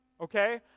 Okay